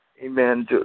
Amen